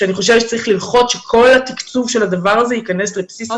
אני חושבת שצריך ללחוץ שכל התקצוב של הדבר הזה ייכנס לבסיס התקציב.